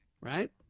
right